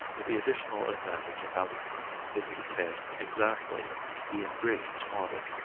with the additional advantage of having it contain exactly the ingredients wanted.